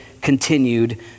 continued